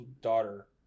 daughter